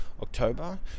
October